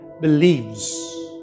believes